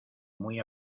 muy